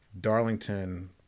Darlington